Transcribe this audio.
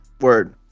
Word